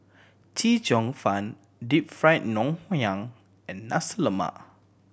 Chee Cheong Fun Deep Fried Ngoh Hiang and Nasi Lemak